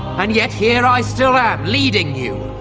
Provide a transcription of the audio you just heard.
and yet here i still am, leading you,